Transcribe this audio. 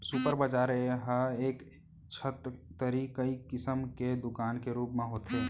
super बजार ह एके छत तरी कई किसम के दुकान के रूप म होथे